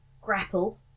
grapple